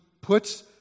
puts